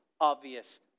obvious